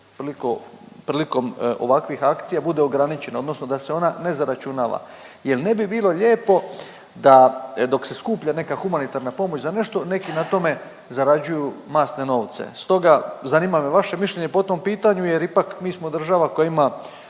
prilikom ovakvih akcija bude ograničen odnosno da se ona ne zaračunava jel ne bi bilo lijepo da dok se skuplja neka humanitarna pomoć za nešto neki na tome zarađuju masne novce. Stoga zanima me vaše mišljenje po tom pitanju jer ipak mi smo država koja ima